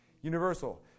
universal